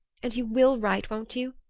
and you will write, won't you?